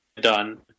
done